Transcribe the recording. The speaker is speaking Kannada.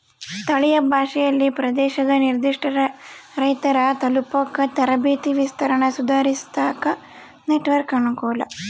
ಸ್ಥಳೀಯ ಭಾಷೆಯಲ್ಲಿ ಪ್ರದೇಶದ ನಿರ್ಧಿಷ್ಟ ರೈತರ ತಲುಪಾಕ ತರಬೇತಿ ವಿಸ್ತರಣೆ ಸುಧಾರಿಸಾಕ ನೆಟ್ವರ್ಕ್ ಅನುಕೂಲ